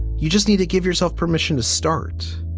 you just need to give yourself permission to start.